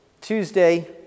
Tuesday